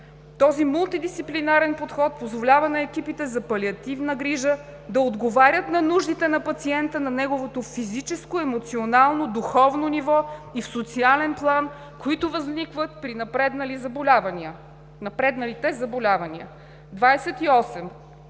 Този мултидисциплинарен подход позволява на екипите за палиативна грижа да отговорят на нуждите на пациента на неговото физическо, емоционално, духовно ниво и в социален план, които възникват при напредналите заболявания. 28.